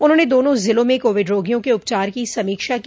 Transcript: उन्होंने दोनों जिलों में कोविड रोगियों के उपचार की समीक्षा की